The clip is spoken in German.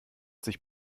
sich